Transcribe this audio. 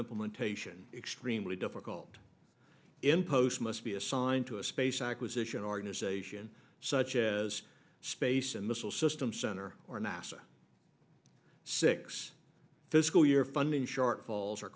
implementation extremely difficult in post must be assigned to a space acquisition organization such as space and missile systems center or nasa six fiscal year funding shortfalls are